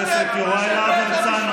חבר הכנסת יוראי להב הרצנו,